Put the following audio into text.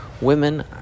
Women